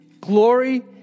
glory